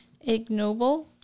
Ignoble